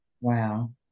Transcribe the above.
Wow